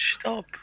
Stop